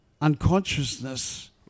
Unconsciousness